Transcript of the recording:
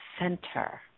center